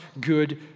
good